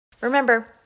Remember